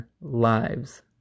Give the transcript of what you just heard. lives